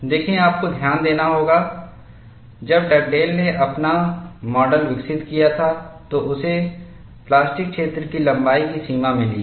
देखें आपको ध्यान देना होगा जब डगडेल ने अपना माडल विकसित किया था तो उसे प्लास्टिक क्षेत्र की लंबाई की सीमा मिली है